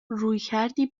رویکردی